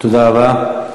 תודה רבה.